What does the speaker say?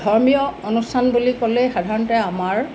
ধৰ্মীয় অনুষ্ঠান বুলি ক'লে সাধাৰণতে আমাৰ